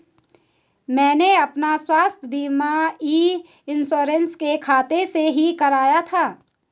मैंने अपना स्वास्थ्य बीमा ई इन्श्योरेन्स के खाते से ही कराया था